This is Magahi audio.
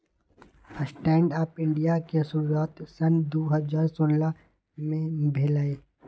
स्टैंड अप इंडिया के शुरुआत सन दू हज़ार सोलह में भेलइ